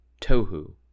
Tohu